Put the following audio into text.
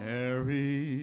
Mary